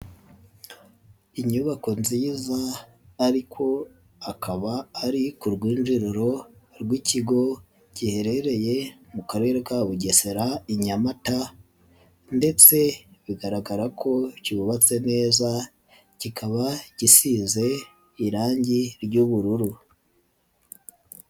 Inyubako nziza ariko akaba ari ku rwinjiriro rw'ikigo giherereye mu Karere ka Bugesera i Nyamata ndetse bigaragara ko cyubatse neza kikaba gisize irangi ry'ubururu.